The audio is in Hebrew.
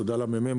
תודה ל-ממ"מ,